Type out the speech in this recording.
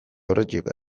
aurretik